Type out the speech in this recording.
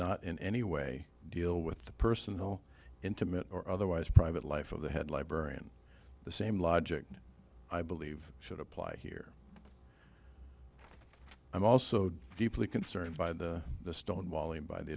not in any way deal with the personal intimate or otherwise private life of the head librarian the same logic i believe should apply here i'm also deeply concerned by the stonewalling by the